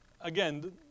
Again